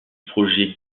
projet